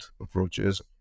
approaches